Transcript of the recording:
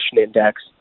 Index